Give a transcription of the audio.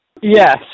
Yes